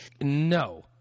No